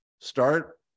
start